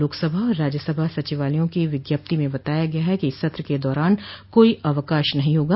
लोकसभा और राज्यसभा सचिवालयों की विज्ञप्ति में बताया गया है कि सत्र के दौरान कोई अवकाश नहीं होगा